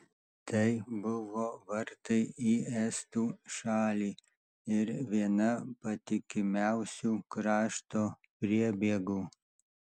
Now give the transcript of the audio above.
tai buvo vartai į estų šalį ir viena patikimiausių krašto priebėgų